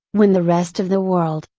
when the rest of the world,